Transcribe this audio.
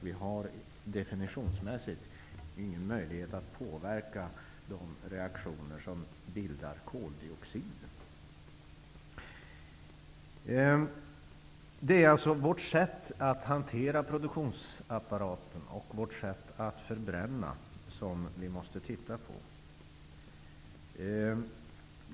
Vi har definitionsmässigt ingen möjlighet att påverka de reaktioner som bildar koldioxid. Det är alltså vårt sätt att hantera produktionsapparaten och vårt sätt att förbränna som vi måste se över.